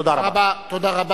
תודה רבה.